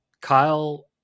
Kyle